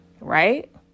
right